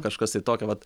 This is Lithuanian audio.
kažkas tai tokio vat